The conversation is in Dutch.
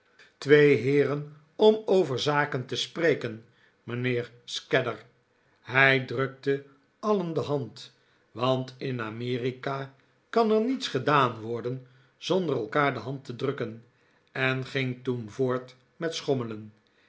twee heeren om over zaken te spreken mijnheer scadder hij drukte alien de hand want in amerika kan er niets gedaan worden zonder elkaar de hand te drukken en ging toen voort met schommelen